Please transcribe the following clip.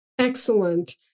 Excellent